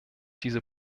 diese